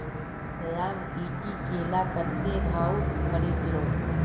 श्याम ईटी केला कत्ते भाउत खरीद लो